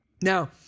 Now